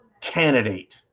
candidate